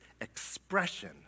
expression